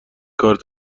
کارت